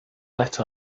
let